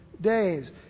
days